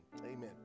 Amen